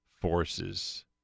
Forces